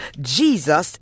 Jesus